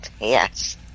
Yes